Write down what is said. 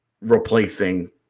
replacing